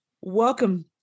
welcome